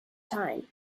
time